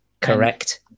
Correct